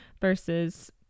versus